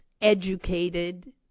educated